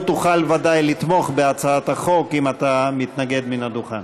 לא תוכל לתמוך בהצעת החוק אם אתה מתנגד מן הדוכן.